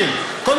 חושב שראוי,